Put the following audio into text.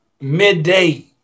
midday